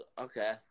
okay